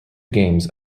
games